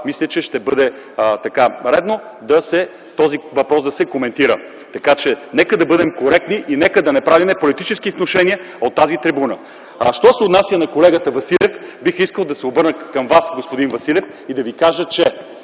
мисля, че ще бъде редно да се коментира този въпрос, така че нека да бъдем коректни и нека да не правим политически внушения от тази трибуна. А що се отнася – на колегата Василев, бих искал да се обърна към Вас, господин Василев, и да Ви кажа, че